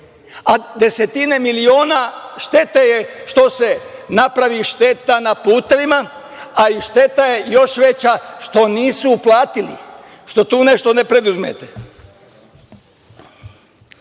Desetine miliona štete je što se napravi šteta na putevima, a šteta je još veća što nisu uplatili, što tu nešto ne preduzmete? Šta